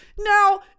Now